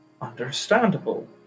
Understandable